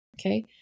okay